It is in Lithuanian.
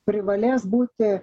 privalės būti